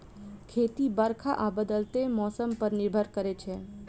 खेती बरखा आ बदलैत मौसम पर निर्भर करै छै